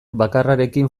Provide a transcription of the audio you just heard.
bakarrarekin